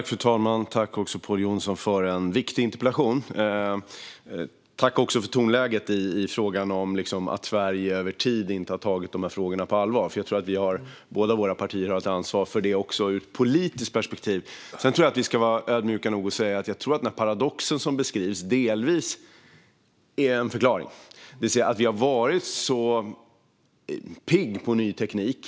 Fru talman! Tack, Pål Jonson, för en viktig interpellation! Jag tackar också för tonläget i fråga om att vi i Sverige över tid inte har tagit frågorna på allvar. Jag tror att båda våra partier har ett ansvar för det ur ett politiskt perspektiv. Vi ska vara ödmjuka nog att säga att den paradox som beskrivs delvis är en förklaring, det vill säga att vi har varit pigga på ny teknik.